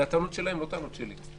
אלו הטענות שלהם, לא הטענות שלי,